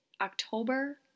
October